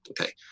Okay